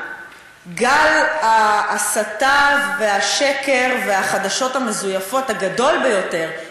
גל ההסתה והשקר והחדשות המזויפות הגדול ביותר,